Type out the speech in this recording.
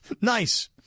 Nice